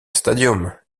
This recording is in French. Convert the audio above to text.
stadium